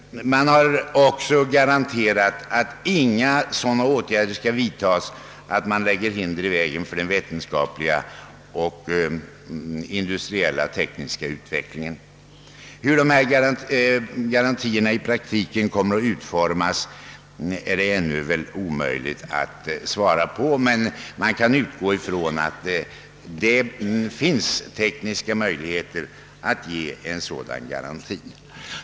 Man har också garanterat att inga åtgärder skall vidtas som lägger hinder i vägen för den vetenskapliga och industriellt-tekniska utvecklingen. Hur dessa garantier i praktiken kommer att utformas är det väl ännu omöjligt att säga. Man bör emellertid kunna utgå från att det finns tekniska möjligheter att ge sådana garantier.